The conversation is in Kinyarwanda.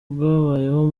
bwabayeho